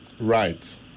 Right